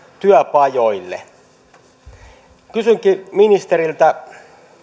työpajoille kysynkin ministeriltä